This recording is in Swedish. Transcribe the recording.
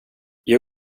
jag